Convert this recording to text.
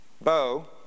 Bo